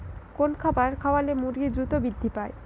কোন খাবার খাওয়ালে মুরগি দ্রুত বৃদ্ধি পায়?